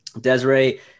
Desiree